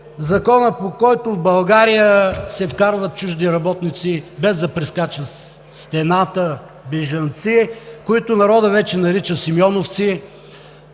Законът, по който в България се вкарват чужди работници, без да прескачат стената, бежанци, които народът вече нарича Симеоновци.